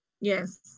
Yes